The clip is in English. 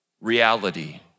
reality